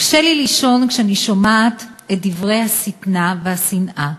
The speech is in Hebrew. קשה לי לישון כשאני שומעת את דברי השטנה והשנאה,